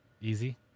Easy